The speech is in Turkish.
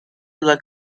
yıla